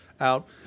Out